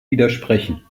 widersprechen